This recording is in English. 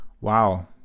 Wow